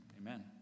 amen